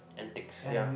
antiques yeah